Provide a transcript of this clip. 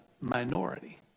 minority